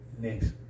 next